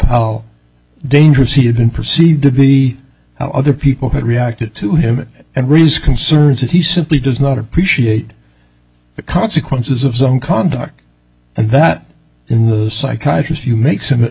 how dangerous he had been perceived to be how other people had reacted to him and rees concerns that he simply does not appreciate the consequences of some conduct and that in the psychiatry if you makes him it